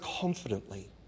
confidently